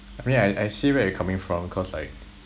I mean like I I see where you're coming from cause like